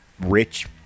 rich